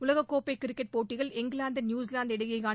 உலகக்கோப்பை கிரிக்கெட் போட்டியில் England New Zealand இடையேயான